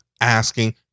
asking